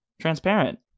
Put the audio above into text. transparent